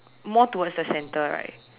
more towards the center right